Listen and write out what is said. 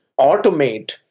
automate